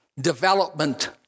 development